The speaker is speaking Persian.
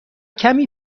کمی